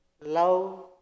love